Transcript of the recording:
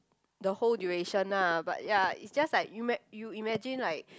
the whole duration nah but ya it's just like you ma~ you imagine like